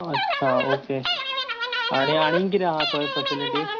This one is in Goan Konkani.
अच्छा ओके आनी कितें आसा थंय फेसिलीटिज